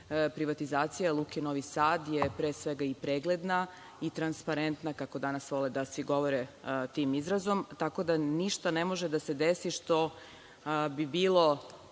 Privatizacija Luke Novi Sad je pre svega i pregledna i transparentna, kako danas svi govore tim izrazom, tako da ništa ne može da se desi što bi bilo